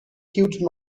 huge